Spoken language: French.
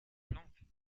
plantes